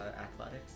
athletics